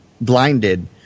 blinded